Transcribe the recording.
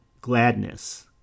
gladness